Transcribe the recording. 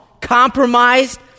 compromised